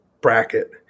bracket